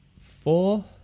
four